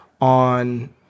on